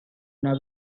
una